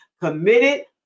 committed